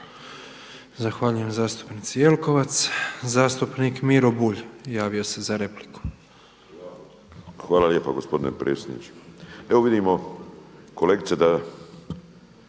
Zahvaljujem zastupnici Jelkovac. Zastupnik Miro Bulj javio se za repliku. **Bulj, Miro (MOST)** Hvala gospodine potpredsjedniče. Evo vidimo kolegice da